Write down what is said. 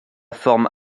forme